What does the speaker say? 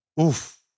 Oof